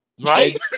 Right